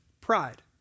pride